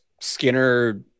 Skinner